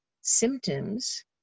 symptoms